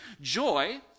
Joy